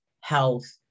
health